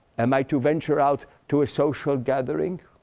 am i to venture out to a social gathering